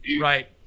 right